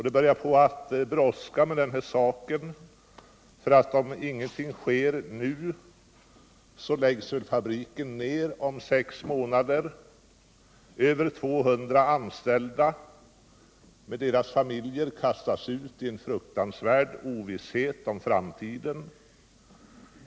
Det börjar brådska med den här saken - om ingenting sker nu läggs fabriken ned om sex månader. Över 200 anställda och deras familjer kastas då ut i en fruktansvärd ovisshet om framtiden.